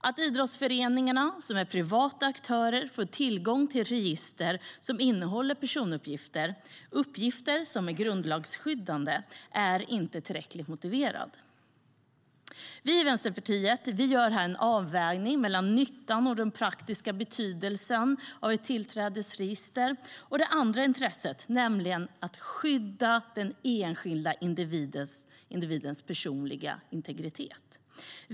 Att idrottsföreningar, som är privata aktörer, får tillgång till ett register som innehåller personuppgifter - uppgifter som är grundlagsskyddade - är inte motiverat tillräckligt. Vi i Vänsterpartiet gör här en avvägning mellan nyttan och den praktiska betydelsen av ett tillträdesregister och det andra intresset, nämligen att skydda den enskilda individens personliga integritet.